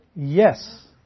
Yes